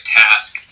task